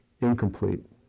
incomplete